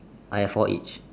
I have four each